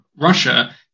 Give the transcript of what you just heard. russia